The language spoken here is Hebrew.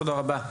תודה רבה.